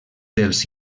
dels